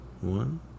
one